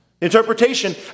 Interpretation